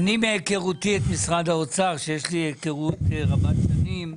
מהיכרותי את משרד האוצר שיש לי היכרות רבת שנים,